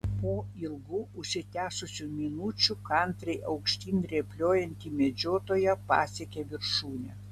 po ilgų užsitęsusių minučių kantriai aukštyn rėpliojanti medžiotoja pasiekė viršūnę